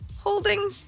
holding